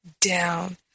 down